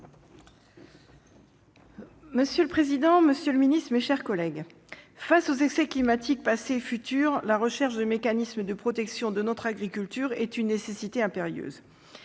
Monsieur le président, monsieur le ministre, mes chers collègues, face aux excès climatiques passés et futurs, la recherche de mécanismes de protection de notre agriculture est une nécessité impérieuse.